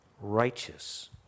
righteous